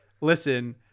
listen